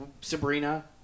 Sabrina